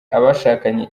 abashakanye